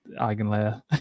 eigenlayer